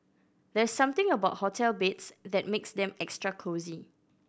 there's something about hotel beds that makes them extra cosy